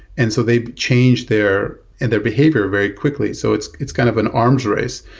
and so they changed their and their behavior very quickly. so it's it's kind of an arms race.